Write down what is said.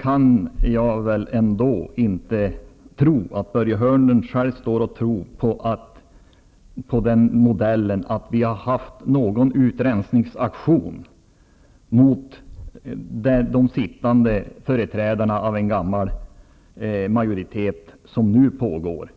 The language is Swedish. kan jag inte tro att Börje Hörnlund själv tror på modellen att Socialdemokraterna har gjort någon sådan utrensning av de sittande företrädarna av en gammal majoritet som den nu pågår.